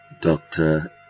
Doctor